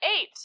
Eight